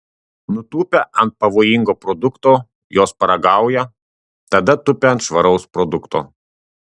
nutūpę ant pavojingo produkto jos paragauja tada tupia ant švaraus produkto